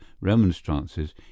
remonstrances